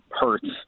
hurts